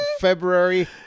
February